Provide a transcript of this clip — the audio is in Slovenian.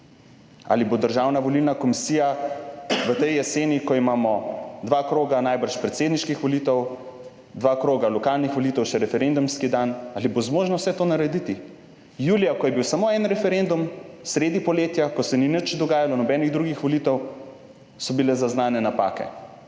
Ali bo Državna volilna komisija v tej jeseni, ko imamo dva kroga najbrž predsedniških volitev, dva kroga lokalnih volitev, še referendumski dan, ali bo zmožno vse to narediti? Julija, ko je bil samo en referendum, sredi poletja, ko se ni nič dogajalo, nobenih drugih volitev, so bile zaznane napake.